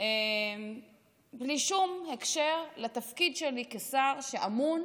בלי שום קשר לתפקיד שלי כשר שאמון